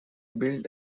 built